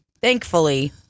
thankfully